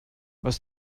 was